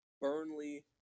Burnley